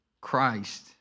Christ